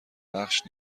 بخش